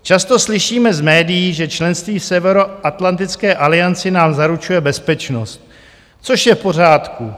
Často slyšíme z médií, že členství v Severoatlantické alianci nám zaručuje bezpečnost, což je v pořádku.